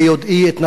ביודעי את נפשך,